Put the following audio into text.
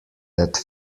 that